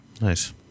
Nice